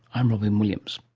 i'm robyn williams